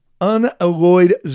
unalloyed